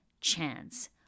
chance